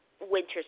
Winter